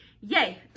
yay